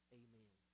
amen